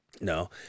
No